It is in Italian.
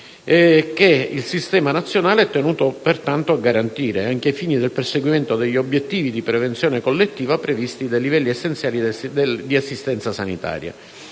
che il Sistema nazionale è pertanto tenuto a garantire, anche al fine del perseguimento degli obiettivi di prevenzione collettiva previsti dai livelli essenziali di assistenza sanitaria.